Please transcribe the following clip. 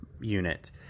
unit